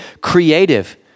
creative